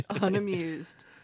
unamused